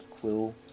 quill